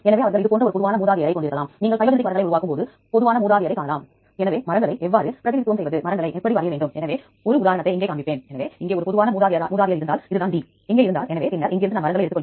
எனவே புள்ளிவிவரங்களில் நீங்கள் இரண்டு வகையான டேட்டாபேஸ் களின் விவரங்களைப் பெறலாம் ஒன்று Swiss prot மற்றொன்று TrEMBL